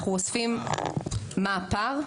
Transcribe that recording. אנחנו אוספים, מה הפער?